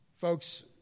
Folks